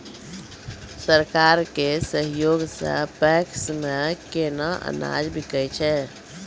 सरकार के सहयोग सऽ पैक्स मे केना अनाज बिकै छै?